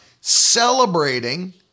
celebrating